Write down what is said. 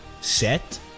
set